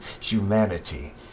humanity